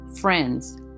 friends